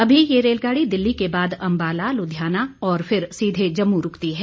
अभी यह रेलगाड़ी दिल्ली के बाद अंबाला लुधियाना और फिर सीधे जम्मू रूकती है